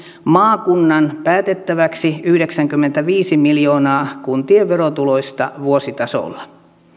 maakunnan päätettäväksi yhdeksänkymmentäviisi miljoonaa kuntien verotuloista vuositasolla